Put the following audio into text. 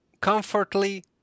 comfortably